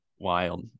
Wild